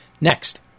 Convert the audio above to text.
Next